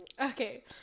okay